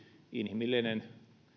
inhimillinen